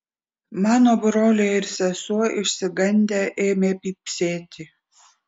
mano broliai ir sesuo išsigandę ėmė pypsėti